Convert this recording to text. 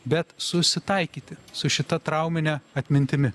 bet susitaikyti su šita traumine atmintimi